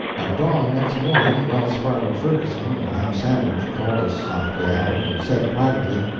at dawn next morning wells-fargo ferguson and ham sandwich called us softly out, and said, privately,